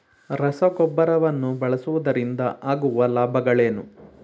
ರಸಗೊಬ್ಬರವನ್ನು ಬಳಸುವುದರಿಂದ ಆಗುವ ಲಾಭಗಳೇನು?